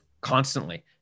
constantly